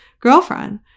girlfriend